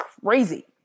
crazy